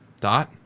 Dot